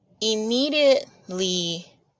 immediately